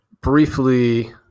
briefly